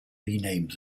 renamed